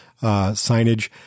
signage